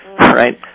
right